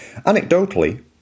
Anecdotally